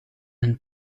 een